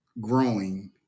growing